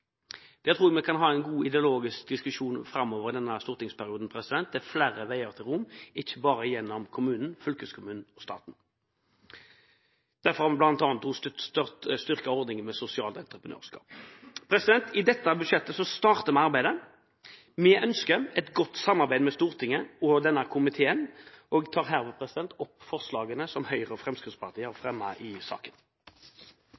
tror vi kan få en god ideologisk diskusjon om dette framover i denne perioden. Det er flere veier til Rom, ikke bare gjennom kommunen, fylkeskommunen og staten. Derfor har vi bl.a. også styrket ordningen med sosialt entreprenørskap. Med dette budsjettet starter vi arbeidet. Vi ønsker et godt samarbeid med Stortinget og denne komiteen, og anbefaler forslaget til vedtak, som Høyre, Fremskrittspartiet og